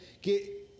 que